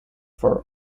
for